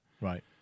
Right